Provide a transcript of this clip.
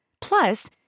Plus